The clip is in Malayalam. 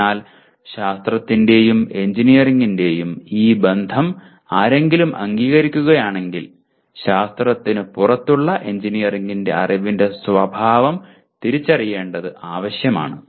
അതിനാൽ ശാസ്ത്രത്തിന്റെയും എഞ്ചിനീയറിംഗിന്റെയും ഈ ബന്ധം ആരെങ്കിലും അംഗീകരിക്കുകയാണെങ്കിൽ ശാസ്ത്രത്തിന് പുറത്തുള്ള എഞ്ചിനീയറിംഗിന്റെ അറിവിന്റെ സ്വഭാവം തിരിച്ചറിയേണ്ടത് ആവശ്യമാണ്